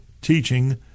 teaching